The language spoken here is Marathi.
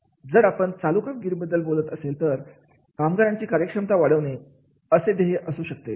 जर आपण चालू कामगिरीबद्दल बोलत असेल तर कामगारांची कार्यक्षमता वाढवणे असे ध्येय असू शकते